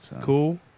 Cool